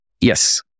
Yes